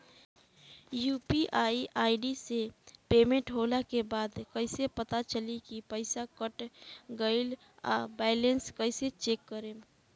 UPI ID से payment होला के बाद कइसे पता चली की पईसा कट गएल आ बैलेंस कइसे चेक करम?